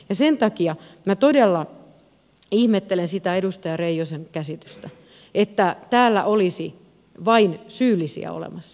sen takia minä todella ihmettelen sitä edustaja reijosen käsitystä että täällä olisi vain syyllisiä olemassa